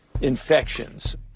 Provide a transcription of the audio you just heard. infections